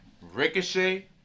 Ricochet